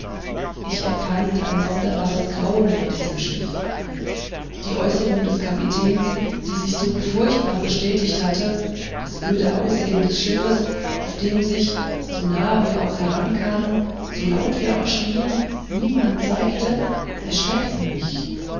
ich empfand ein sonderbares grauen vor diesem schiffe die äußerung des kapitäns die sich so furchtbar bestätigt hatte das öde aussehen des schiffes auf dem sich so nahe wir auch herankamen so laut wir schrien niemand zeigte erschreckten mich